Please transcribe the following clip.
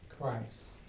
Christ